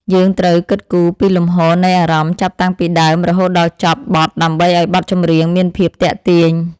យើងត្រូវគិតគូរពីលំហូរនៃអារម្មណ៍ចាប់តាំងពីដើមរហូតដល់ចប់បទដើម្បីឱ្យបទចម្រៀងមានភាពទាក់ទាញ។